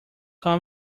will